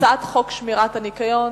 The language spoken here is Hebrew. הצעת חוק שמירת הניקיון